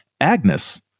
Agnes